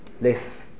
less